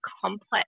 complex